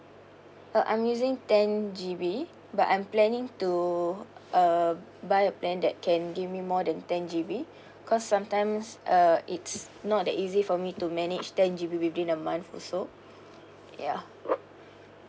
uh I'm using ten G_B but I'm planning to uh buy a plan that can give me more than ten G_B cause sometimes uh it's not that easy for me to manage ten G_B within a month also ya